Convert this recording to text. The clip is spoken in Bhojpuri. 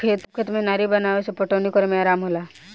सब खेत में नारी बनावे से पटवनी करे में आराम होला